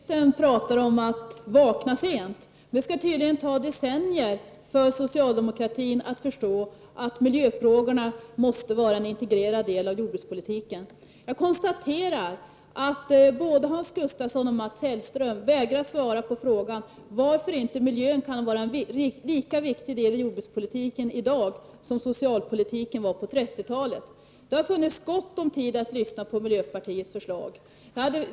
Herr talman! Jordbruksministern talade om att vakna sent. Det skall tydligen ta decennier för socialdemokraterna att förstå att miljöfrågorna måste vara en integrerad del av jordbrukspolitiken. Jag konstaterar att både Hans Gustafsson och Mats Hellström har vägrat att svara på frågan varför miljön inte kan var en lika viktig del i jordbrukspolitiken i dag som socialpolitiken var på 30-talet. Det har funnits gott om tid att lyssna på miljöpartiets förslag.